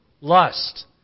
Lust